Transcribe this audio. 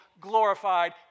glorified